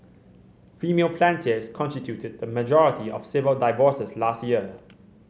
female plaintiffs constituted the majority of civil divorces last year